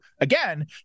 again